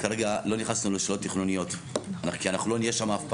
לא נכנסנו לשאלות תכנוניות כי אנחנו לא נהיה שם אף פעם.